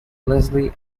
leslie